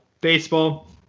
baseball